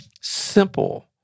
simple